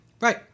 Right